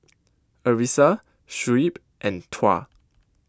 Arissa Shuib and Tuah